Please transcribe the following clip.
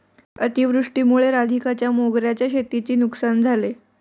अतिवृष्टीमुळे राधिकाच्या मोगऱ्याच्या शेतीची नुकसान झाले